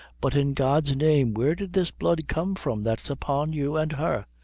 but, in god's name, where did this blood come from that's upon you and her?